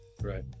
Right